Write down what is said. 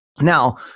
now